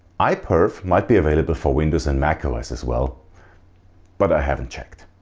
iperf might be available for windows and macos as well but i haven't checked.